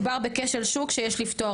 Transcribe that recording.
מדובר בכשל שוק שיש לפתור.